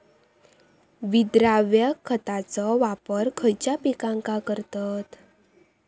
विद्राव्य खताचो वापर खयच्या पिकांका करतत?